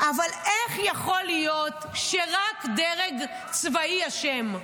אבל איך יכול להיות שרק דרג צבאי אשם?